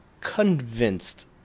convinced